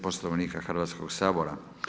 Poslovnika Hrvatskog sabora.